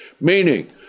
Meaning